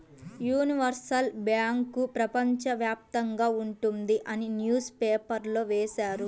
universal bank ప్రపంచ వ్యాప్తంగా ఉంటుంది అని న్యూస్ పేపర్లో వేశారు